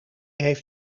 heeft